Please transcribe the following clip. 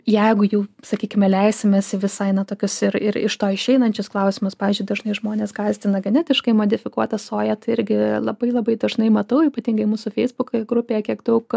jeigu jau sakykime leisimės į visai na tokius ir ir iš to išeinančius klausimus pavyzdžiui dažnai žmonės gąsdina genetiškai modifikuota soja tai irgi labai labai dažnai matau ypatingai mūsų feisbuko grupėje kiek daug